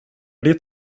ditt